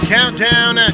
Countdown